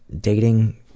dating